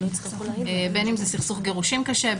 בין אם זה סכסוך גירושים קשה,